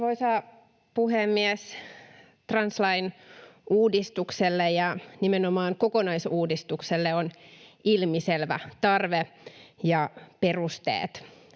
Arvoisa puhemies! Translain uudistukselle ja nimenomaan kokonaisuudistukselle on ilmiselvä tarve ja perusteet.